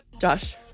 Josh